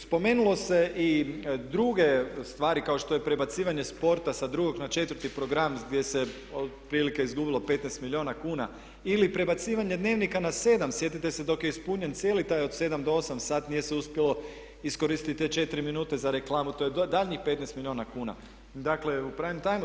Spomenulo se i druge stvari kao što je prebacivanje sporta sa drugog na 4. program gdje se otprilike izgubilo 15 milijuna kuna ili prebacivanje Dnevnika na 7, sjetite se dok je ispunjen cijeli taj od 7 do 8 sati nije se uspjelo iskoristiti te 4 minute za reklamu, to je daljnjih 15 milijuna kuna, dakle u prime time-u.